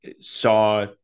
saw